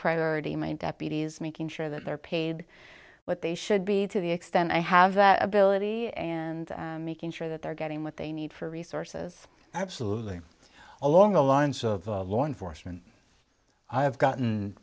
priority my deputies making sure that they're paid what they should be to the extent i have that ability and making sure that they're getting what they need for resources absolutely along the lines of the law enforcement i have gotten